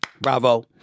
Bravo